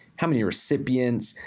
how many recipients,